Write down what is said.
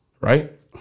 right